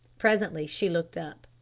presently she looked up.